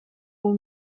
půl